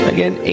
Again